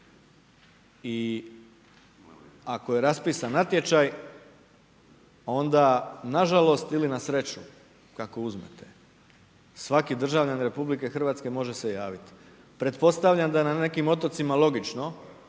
I ako je raspisan natječaj onda nažalost ili na sreću, kako uzmete, svaki državljanin RH može se javiti. Pretpostavljam da je na nekim otocima logično